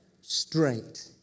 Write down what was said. straight